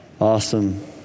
Awesome